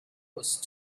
ghost